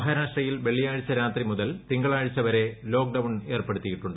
മഹാരാഷ്ട്രയിൽ വെള്ളിയാഴ്ച രാത്രി മുതൽ തിങ്കളാഴ്ച വരെ ലോക്ക്ഡൌൺ ഏർപ്പെടുത്തിയിട്ടുണ്ട്